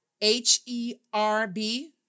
H-E-R-B